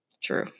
True